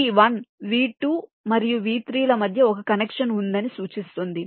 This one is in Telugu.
ఈ 1 V2 మరియు V3 ల మధ్య ఒక కనెక్షన్ ఉందని సూచిస్తుంది